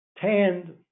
tanned